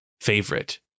favorite